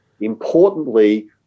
Importantly